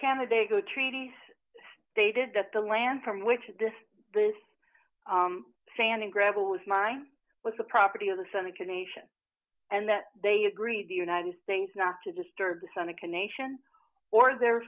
candidate go treaty stated that the land from which this sand and gravel was mine was the property of the seneca nation and that they agreed the united states not to disturb the seneca nation or their